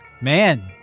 Man